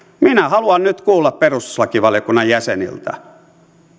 minä haluan nyt kuulla perustuslakivaliokunnan jäseniltä